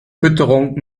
fütterung